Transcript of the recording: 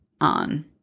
on